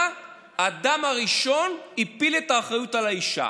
האדם הראשון הפיל את האחריות על האישה.